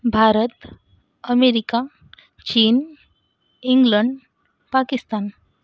Bharat America चीन England Pakistan